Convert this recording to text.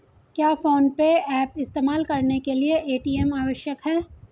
क्या PhonePe app इस्तेमाल करने के लिए ए.टी.एम आवश्यक है?